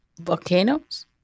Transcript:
Volcanoes